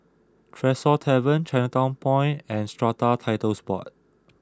Tresor Tavern Chinatown Point and Strata Titles Board